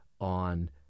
on